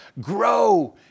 grow